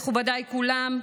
מכובדיי כולם,